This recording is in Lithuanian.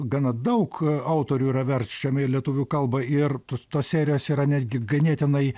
gana daug autorių yra verčiama į lietuvių kalbą ir tos serijos yra netgi ganėtinai